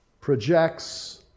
projects